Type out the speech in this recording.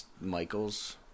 Michaels